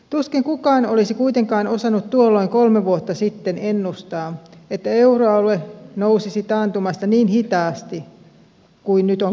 tuskin kukaan olisi kuitenkaan osannut tuolloin kolme vuotta sitten ennustaa että euroalue nousisi taantumasta niin hitaasti kuin nyt on käynyt